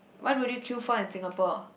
why would you queue for in Singapore